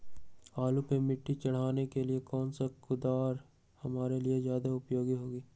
आलू पर मिट्टी चढ़ाने के लिए कौन सा कुदाल हमारे लिए ज्यादा उपयोगी होगा?